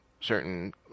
certain